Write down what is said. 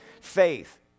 Faith